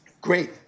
Great